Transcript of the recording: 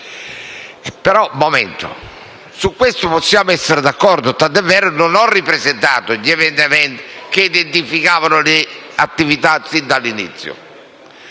Su questo punto possiamo essere d'accordo, tant'è vero che non ho ripresentato gli emendamenti che identificavano le attività sin dall'inizio.